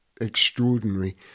extraordinary